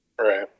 Right